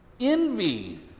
envy